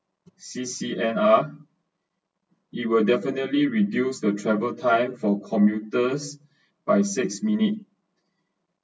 C_C_N_R it will definitely reduce the travel time for commuters by six minute